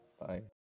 Bye